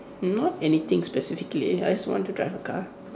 not anything specifically I just want to drive a car